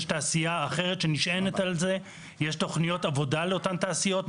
יש תעשייה אחרת שנשענת על זה ויש תוכניות עבודה לאותם תעשיות.